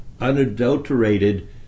unadulterated